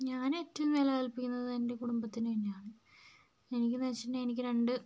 ഞാൻ ഏറ്റവും വില കല്പിക്കുന്നത് എൻ്റെ കുടുംബത്തിന് തന്നെയാണ് എനിക്കെന്ന് വെച്ചിട്ടുണ്ടെങ്കിൽ എനിക്ക് രണ്ട്